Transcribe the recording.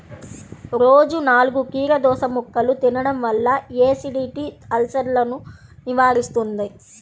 రోజూ నాలుగు కీరదోసముక్కలు తినడం వల్ల ఎసిడిటీ, అల్సర్సను నివారిస్తుంది